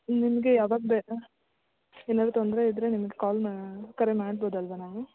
ನಿಮಗೆ ಯಾವಾಗ ಬೇ ಏನಾದರೂ ತೊಂದರೆ ಇದ್ದರೆ ನಿಮಗೆ ಕಾಲ್ ಮಾ ಕರೆ ಮಾಡ್ಬೌದಲ್ವಾ ನಾವು